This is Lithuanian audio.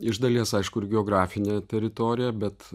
iš dalies aišku ir geografine teritorija bet